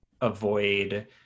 avoid